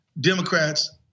Democrats